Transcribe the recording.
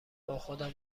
باخودم